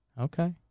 Okay